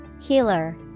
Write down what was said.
Healer